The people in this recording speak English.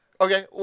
Okay